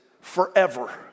forever